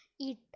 eat